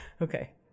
Okay